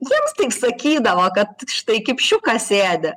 jiems taip sakydavo kad štai kipšiukas sėdi